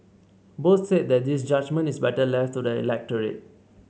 both said that this judgement is better left to the electorate